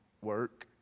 work